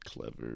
Clever